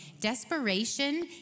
Desperation